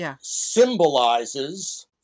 symbolizes